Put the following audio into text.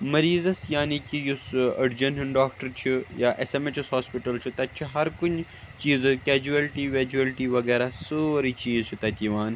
مٔریٖضس یعنے کہِ یُس أڈجَن ہُنٛد ڈاکٹَر چھُ یا S M H S hospital چھُ تَتہِ چھُ ہَر کُنہِ چیٖزٕ کیجویلٹی ویجویلٹی وَغیرہ سورُے چیٖز چھِ تَتہِ یِوان